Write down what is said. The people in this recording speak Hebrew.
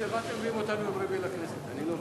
לדיון מוקדם בוועדת החוקה, חוק ומשפט נתקבלה.